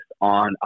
on